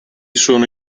sono